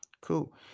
cool